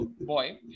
boy